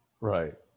Right